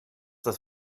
das